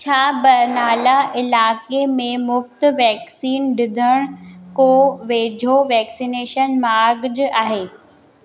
छा बरनाला इलाइक़े में मुफ़्ति वैक्सीन ॾींदड़ को वेझो वैक्सीनेशन मर्कज़ु आहे